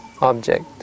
object